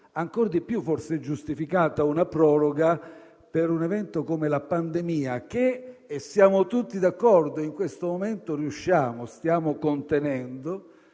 ancor di più, forse, è giustificata una proroga per un evento come la pandemia che - e siamo tutti d'accordo in questo momento - stiamo contenendo,